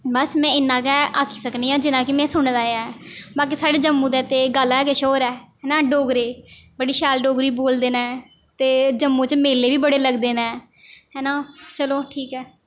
बस में इन्ना गै आक्खी सकनी आं जिन्ना कि में सुने दा ऐ बाकी साढ़ी जम्मू दी ते गल्ल गै किश होर ऐ है ना डोगरे बड़ी शैल डोगरी बोलदे न ते जम्मू च मेले बी बड़े लगदे न है ना चलो ठीक ऐ